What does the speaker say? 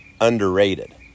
underrated